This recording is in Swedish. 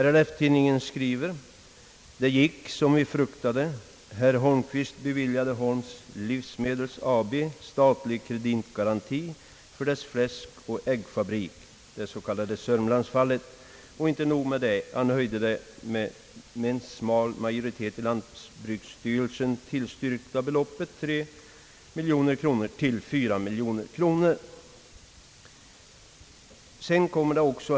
RLF tidningen skriver: »Det gick som vi fruktade. Herr Holmqvist beviljade Holms livsmedels AB statlig kreditgaranti för dess fläskoch äggfabrik, det s.k. sörmlandsfallet. Och inte nog med det. Han höjde det av en smal majoritet i lantbruksstyrelsen tillstyrkta beloppet 3 miljoner kronor till 4 miljoner kronor.